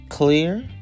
Clear